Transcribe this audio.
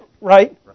Right